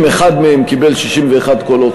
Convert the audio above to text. אם אחד מהם קיבל 61 קולות,